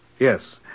Yes